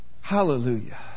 Hallelujah